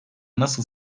nasıl